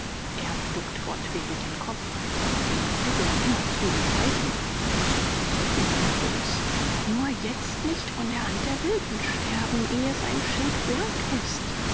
duckt fortwährend den kopf den kugeln immerzu umpfeifen seine züge zucken nervös nur jetzt nicht von der hand der wilden sterben ehe sein schild blank ist